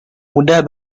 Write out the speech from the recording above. mudah